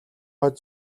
хойд